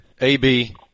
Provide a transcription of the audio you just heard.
AB